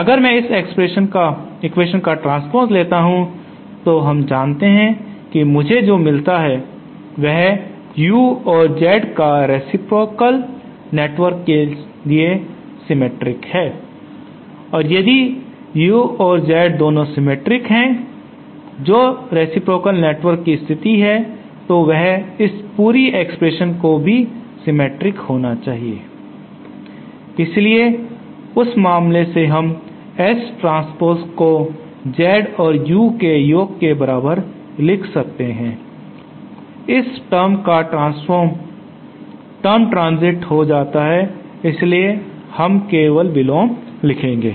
अगर मैं इस एक्वेशन का ट्रांस्पोस लेता हूं तो हम जानते हैं कि मुझे जो मिलता है वह U और Z को रेसिप्रोकाल नेटवर्क के लिए सिमेट्रिक है और यदि U और Z दोनों सिमेट्रिक है जो रेसिप्रोकाल नेटवर्क की स्थिति है तो इस पूरी एक्सप्रेशन को भी सिमेट्रिक होना चाहिए इसलिए उस मामले में हम S ट्रांस्पोस को Z और U के योग के बराबर लिख सकते हैं इस टर्म का ट्रांसफॉर्म टर्म ट्रांज़िट हो जाता है इसलिए हम केवल विलोम लिखेंगे